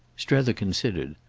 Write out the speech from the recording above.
strether considered.